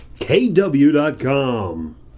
kw.com